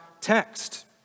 text